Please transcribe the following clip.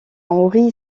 henri